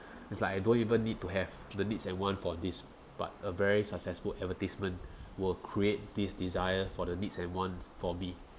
it's like I don't even need to have the needs and want for this but a very successful advertisement will create this desire for the needs and want for me